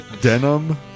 denim